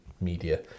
media